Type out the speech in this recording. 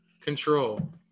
control